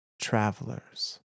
travelers